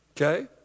Okay